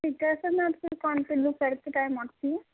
ٹھیک ہے اصل میں آپ کی دُکان پہ دوپہر کے ٹائم آتی ہوں